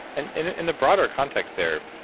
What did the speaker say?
and in the broader context there,